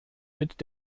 mit